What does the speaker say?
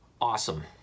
awesome